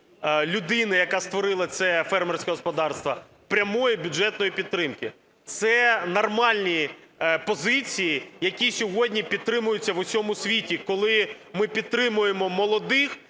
людини, яка створила це фермерське господарство, прямої бюджетної підтримки. Це нормальні позиції, які сьогодні підтримуються в усьому світі, коли ми підтримуємо молодих,